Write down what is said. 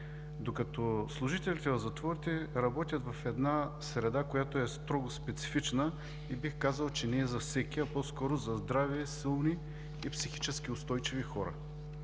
Служителите на затворите работят в една строго специфична среда и бих казал, че не е за всеки, а по-скоро за здрави, силни и психически устойчиви хора.